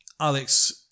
Alex